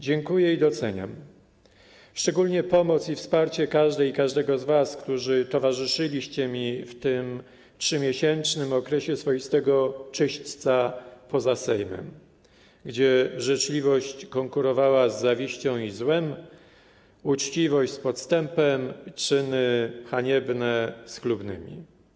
Dziękuję i doceniam, szczególnie za pomoc i wsparcie każdej i każdego z was, którzy towarzyszyliście mi w tym 3-miesięcznym okresie swoistego czyśćca poza Sejmem, gdzie życzliwość konkurowała z zawiścią i złem, uczciwość z podstępem, czyny haniebne z chlubnymi.